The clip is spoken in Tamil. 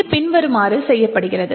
இது பின்வருமாறு செய்யப்படுகிறது